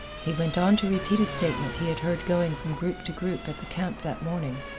he went on to repeat a statement he had heard going from group to group at the camp that morning.